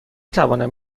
توانم